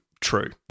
true